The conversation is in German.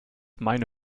meine